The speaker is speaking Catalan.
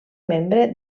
membre